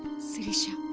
sirisha